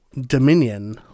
dominion